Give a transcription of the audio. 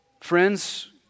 friends